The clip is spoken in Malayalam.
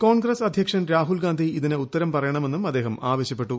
കോൺഗ്രസ് അദ്ധ്യക്ഷൻ രാഹുൽ ഗാന്ധി ഇതിന് ഉത്തരം പറയണമെന്നും അദ്ദേഹം ആവശ്യപ്പെട്ടു